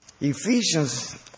Ephesians